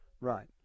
Right